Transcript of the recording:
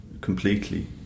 completely